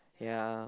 ya